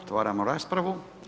Otvaramo raspravu.